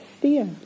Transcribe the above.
fear